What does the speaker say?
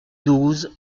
douze